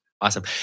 Awesome